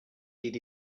did